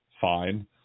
fine